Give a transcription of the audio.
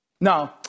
Now